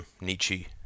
Nietzsche